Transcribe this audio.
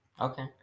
Okay